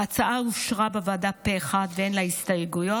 ההצעה אושרה בוועדה פה אחד ואין לה הסתייגויות.